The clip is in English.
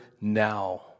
now